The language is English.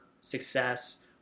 success